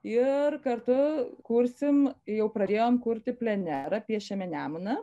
ir kartu kursim jau pradėjom kurti plenerą piešiame nemuną